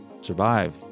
survive